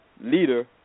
leader